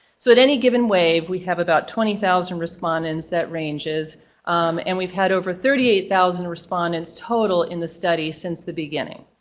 so at any given wave, we have about twenty thousand respondents that ranges and we've had over thirty eight thousand respondents total in the study since the beginning.